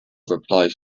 replies